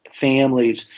families